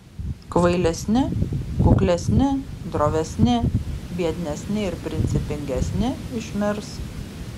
kvailesni kuklesni drovesni biednesni ir principingesni išmirs